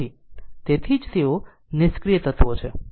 તેથી તેથી જ તેઓ નિષ્ક્રિય તત્વો છે